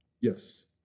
Yes